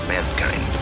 Mankind